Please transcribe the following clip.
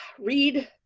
read